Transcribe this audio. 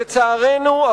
לצערנו,